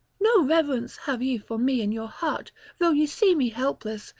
no reverence have ye for me in your heart though ye see me helpless,